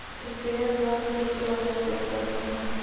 sprayer खाद छिड़के वाला एक उपकरण हय